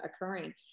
occurring